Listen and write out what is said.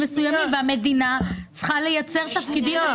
מסוימים והמדינה צריכה לייצר תפקידים.